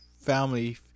family –